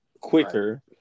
quicker